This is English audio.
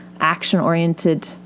action-oriented